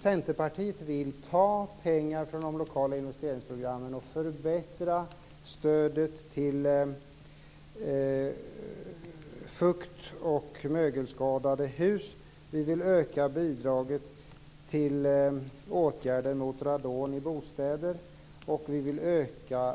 Centerpartiet vill ta pengar från de lokala investeringsprogrammen och förbättra stödet till fukt och mögelskadade hus, vi vill öka bidraget till åtgärder mot radon i bostäder och vi vill öka